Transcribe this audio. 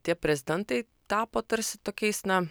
tie prezidentai tapo tarsi tokiais na